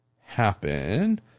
happen